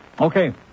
Okay